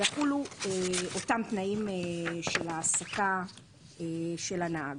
ויחולו אותם תנאים של העסקה של הנהג.